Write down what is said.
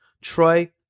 Troy